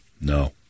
No